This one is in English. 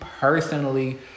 personally